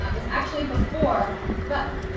um is actually before the button.